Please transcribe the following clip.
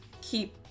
keep